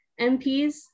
MPs